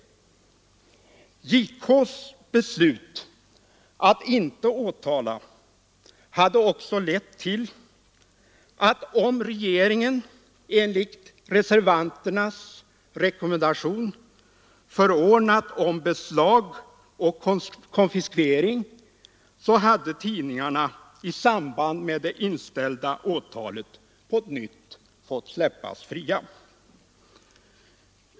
JK:s beslut att inte åtala innebar också att om regeringen enligt reservanternas rekommendation förordnat om beslag och konfiskering, hade tidningarna i samband med det inställda åtalet på nytt fått släppas fria.